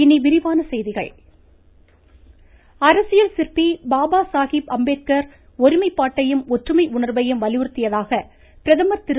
மமமமமம பிரதமர் அரசியல் சிற்பி பாபாசாகிப் அம்பேத்கர் ஒருமைப்பாட்டையும் ஒற்றுமை உணர்வையும் வலியுறுத்தியதாக பிரதமர் திரு